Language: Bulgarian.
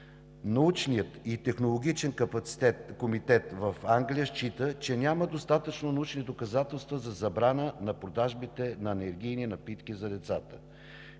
Научният и технологичен комитет в Англия счита, че няма достатъчно научни доказателства за забрана на продажбите на енергийни напитки за децата.